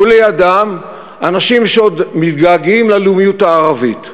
ולידם, אנשים שעוד מתגעגעים ללאומיות הערבית,